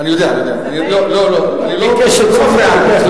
אני לא מדברת.